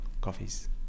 coffees